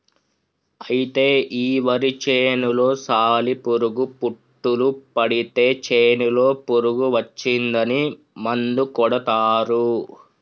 అయితే ఈ వరి చేనులో సాలి పురుగు పుట్టులు పడితే చేనులో పురుగు వచ్చిందని మందు కొడతారు